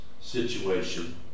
situation